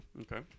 Okay